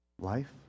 Life